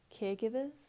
caregivers